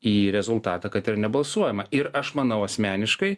į rezultatą kad yra nebalsuojama ir aš manau asmeniškai